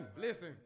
Listen